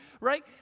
right